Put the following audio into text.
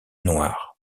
noirs